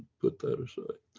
put that aside.